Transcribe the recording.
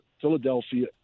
Philadelphia